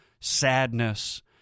sadness